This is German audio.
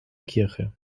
kirche